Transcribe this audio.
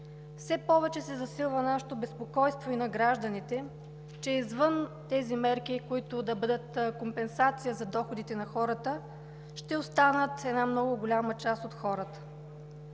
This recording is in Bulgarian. Все повече се засилва нашето безпокойство и на гражданите, че извън тези мерки, които да бъдат компенсация за доходите на хората, ще остане една много голяма част от хората